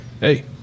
Hey